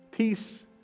Peace